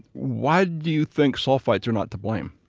why do you think sulfites are not to blame?